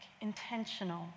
intentional